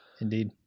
Indeed